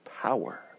power